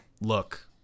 look